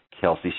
Kelsey